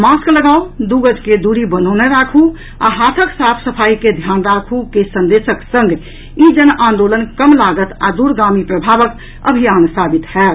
mask लगाऊ दू गज के दूरी बनौने राखु आ हाथक साफ सफाई के ध्यान राखु के संदेशक संग ई जन आंदोलन कम लागत आ दूरगामी प्रभावक अभियान साबित होयत